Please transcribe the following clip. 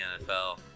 NFL